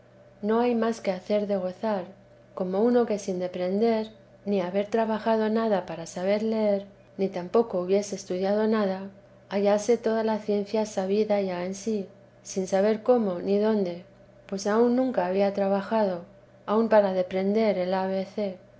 no hay más que hacer de gozar como uno que sin deprender ni haber trabajado nada para saber leer ni tampoco hubiese estudiado nada hállase toda la ciencia sabida ya en sí sin saber cómo ni dónde pues aun nunca había trabajado aun para deprender el